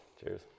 cheers